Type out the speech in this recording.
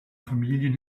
familien